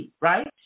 right